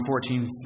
14